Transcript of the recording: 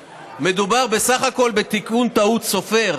מדובר פה בסך הכול בתיקון טעות סופר,